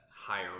higher